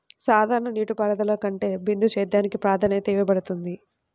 సాధారణ నీటిపారుదల కంటే బిందు సేద్యానికి ప్రాధాన్యత ఇవ్వబడుతుంది